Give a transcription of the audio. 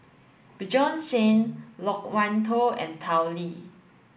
Bjorn Shen Loke Wan Tho and Tao Li